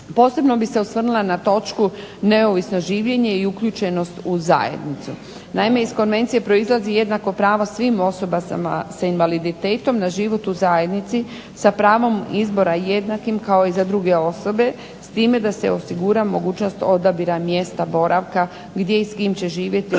Posebno bih se osvrnula na točku neovisno življenje i uključenost u zajednicu. Naime, iz Konvencije proizlazi jednako pravo svim osobama sa invaliditetom na život u zajednici sa pravom izbora jednakim kao i za druge osobe s time da se osigura mogućnost odabira mjesta boravka gdje i s kim će živjeti,